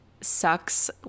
sucks